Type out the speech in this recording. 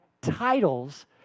titles